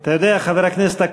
אתה יודע, חבר הכנסת אקוניס,